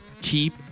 Keep